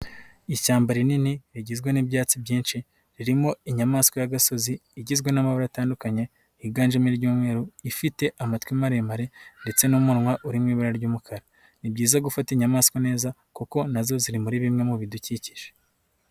Ishyamba rinini, rigizwe n'ibyatsi byinshi, ririmo inyamaswa y'agasozi, igizwe n'amabara atandukanye, yiganjemo iry'umweru, ifite amatwi maremare ndetse n'umunwa uri mu ibara ry'umukara. Ni byiza gufata inyamaswa neza kuko nazo ziri muri bimwe mu bidukikije.